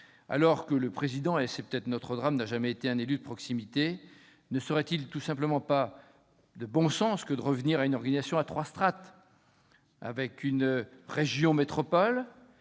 alors même- et c'est peut-être notre drame -qu'il n'a jamais été un élu de proximité, ne serait-il tout simplement pas de bon sens de revenir à une organisation à trois strates, avec une région métropole,